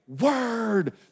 word